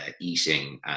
eating